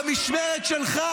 במשמרת שלך,